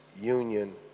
union